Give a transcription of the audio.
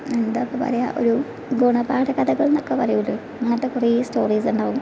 എന്താ ഇപ്പോൾ പറയുക ഒരു ഗുണപാഠ കഥകളെന്നൊക്കെ പറയില്ലേ അങ്ങനത്തെ കുറേ സ്റ്റോറീസ് ഉണ്ടാവും